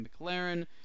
McLaren